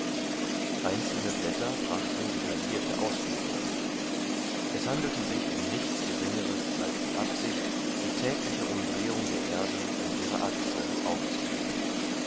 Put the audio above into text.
einzelne blätter brachten detaillierte ausführungen es handelte sich um nichts geringeres als die absicht die tägliche umdrehung der erde um ihre achse aufzuheben